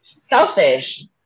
Selfish